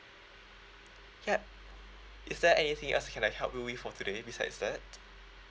ya is there anything else can I help you with for today besides that